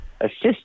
assist